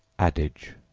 adage,